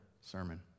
sermon